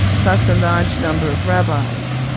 plus a large number of rabbis.